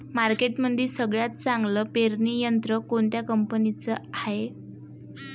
मार्केटमंदी सगळ्यात चांगलं पेरणी यंत्र कोनत्या कंपनीचं हाये?